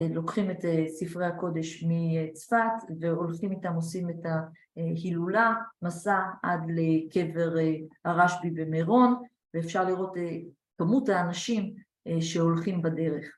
‫לוקחים את ספרי הקודש מצפת ‫והולכים איתם, עושים את ההילולה, ‫מסע עד לקבר הרשבי במרון, ‫ואפשר לראות את כמות האנשים ‫שהולכים בדרך.